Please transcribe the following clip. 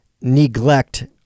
Neglect